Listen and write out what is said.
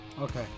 Okay